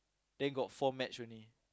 then got four match only